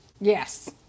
Yes